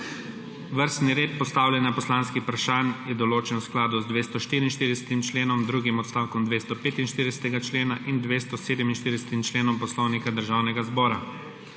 Vrstni red postavljanja poslanskih vprašanj je določen v skladu z 244. členom, drugim odstavkom 245. člena in 247. členom Poslovnika Državnega zbora.